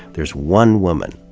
there's one woman,